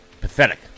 Pathetic